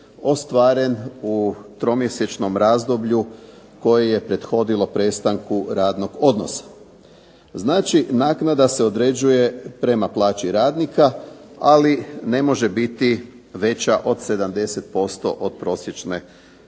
ostvaren u tromjesečnom razdoblju koji je prethodilo prestanku radnog odnosa. Znači, naknada se određuje prema plaći radnika, ali ne može biti veća od 70% od prosječne,